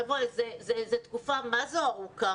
חבר'ה, זה תקופה ארוכה.